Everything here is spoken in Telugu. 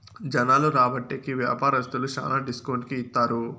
జనాలు రాబట్టే కి వ్యాపారస్తులు శ్యానా డిస్కౌంట్ కి ఇత్తారు